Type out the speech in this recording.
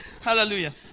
Hallelujah